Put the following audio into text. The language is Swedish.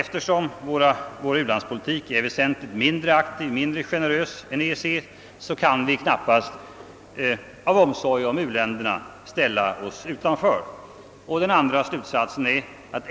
Eftersom vår u-landspolitik är väsentligt mindre aktiv, mindre generös än EEC:s, kan vi av omsorg om u-länderna knappast ställa oss utanför. 2.